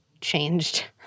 changed